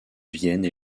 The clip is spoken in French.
vienne